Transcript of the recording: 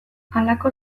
halako